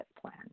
plan